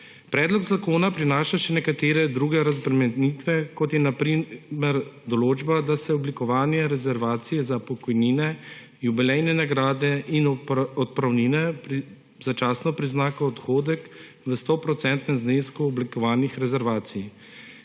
Predlog zakona prinaša še nekatere druge razbremenitve, kot je na primer določba, da se oblikovanje rezervacije za pokojnine, jubilejne nagrade in odpravnine začasno prizna kot odhodek v stoprocentnem znesku oblikovanih rezervacij.